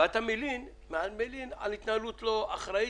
ואתה מלין על התנהלות לא אחראית,